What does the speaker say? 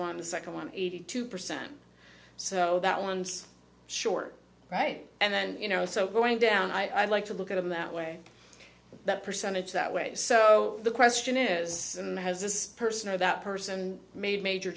one the second one eighty two percent so that one's short right and then you know so going down i'd like to look at them that way that percentage that way so the question is has this person or that person made major